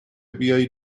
بیایی